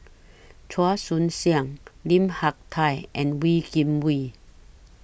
Chua Joon Siang Lim Hak Tai and Wee Kim Wee